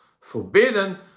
forbidden